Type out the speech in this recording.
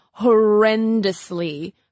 horrendously